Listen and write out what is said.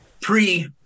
pre